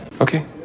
Okay